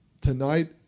tonight